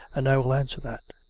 and i will answer that.